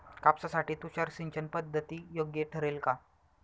कापसासाठी तुषार सिंचनपद्धती योग्य ठरेल का?